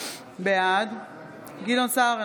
בעד גדעון סער,